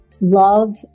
love